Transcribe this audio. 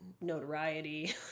Notoriety